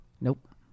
nope